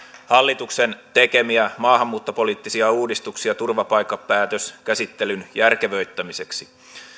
hallituksen tekemiä maahanmuuttopoliittisia uudistuksia turvapaikkapäätöskäsittelyn järkevöittämiseksi